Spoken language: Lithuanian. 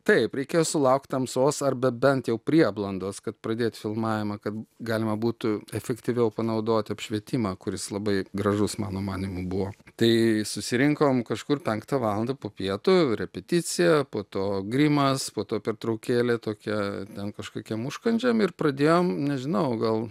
taip reikėjo sulaukt tamsos ar be bent jau prieblandos kad pradėt filmavimą kad galima būtų efektyviau panaudot apšvietimą kuris labai gražus mano manymu buvo tai susirinkom kažkur penktą valandą po pietų repeticija po to grimas po to pertraukėlė tokia ten kažkokiem užkandžiam ir pradėjom nežinau gal